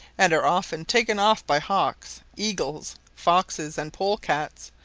and are often taken off by hawks, eagles, foxes, and pole-cats,